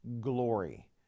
glory